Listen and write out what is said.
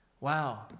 Wow